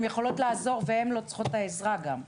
יכולות לעזור והן לא צריכות את העזרה גם.